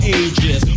ages